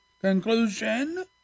Conclusion